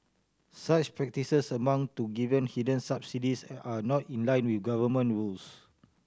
such practices amount to giving hidden subsidies and are not in line with government rules